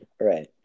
Right